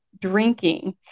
drinking